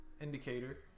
indicator